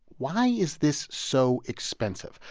why is this so expensive?